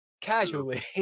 Casually